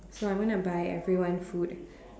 so I'm gonna buy everyone food